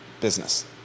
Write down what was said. business